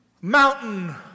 mountain